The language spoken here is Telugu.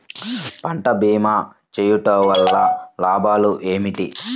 పంట భీమా చేయుటవల్ల లాభాలు ఏమిటి?